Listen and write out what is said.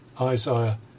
Isaiah